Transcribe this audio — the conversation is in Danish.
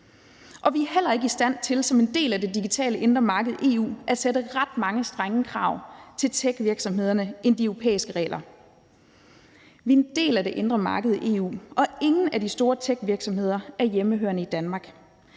Vi er heller ikke i stand til som en del af det digitale indre marked i EU at sætte ret mange strenge krav til techvirksomhederne – andet end det, der er de europæiske regler. Vi er en del af det indre marked i EU, og ingen af de store techvirksomheder er hjemmehørende i Danmark.